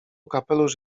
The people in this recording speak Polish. kapelusz